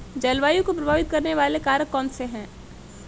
जलवायु को प्रभावित करने वाले कारक कौनसे हैं?